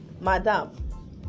madam